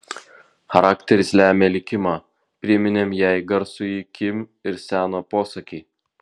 charakteris lemia likimą priminėm jai garsųjį kim ir seno posakį